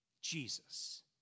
Jesus